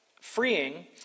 freeing